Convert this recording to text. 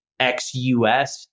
XUS